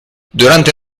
durante